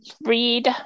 read